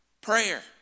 Prayer